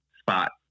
spot